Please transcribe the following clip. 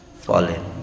fallen